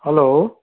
hello